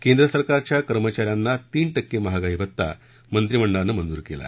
केंद्रसरकारच्या कर्मचा यांना तीन टक्के महागाई भत्ता मंत्रिमंडळानं मंजूर केला